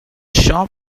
shop